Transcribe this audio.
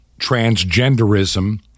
transgenderism